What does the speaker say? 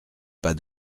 pas